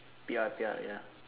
P_R P_R ya